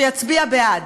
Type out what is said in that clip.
שיצביע בעד.